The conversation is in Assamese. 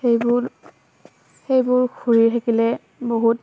সেইবোৰ সেইবোৰ ফুৰি থাকিলে বহুত